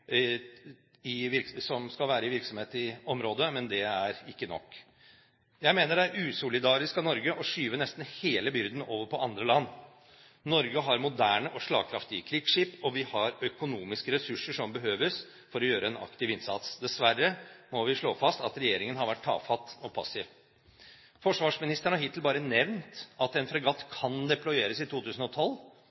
et Orion-fly som skal være i virksomhet i området, men det er ikke nok. Jeg mener det er usolidarisk av Norge å skyve nesten hele byrden over på andre land. Norge har moderne og slagkraftige krigsskip, og vi har økonomiske ressurser som behøves for å gjøre en aktiv innsats. Dessverre må vi slå fast at regjeringen har vært tafatt og passiv. Forsvarsministeren har hittil bare nevnt at en fregatt kan deployeres i 2012.